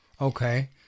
Okay